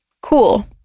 Cool